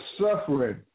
suffering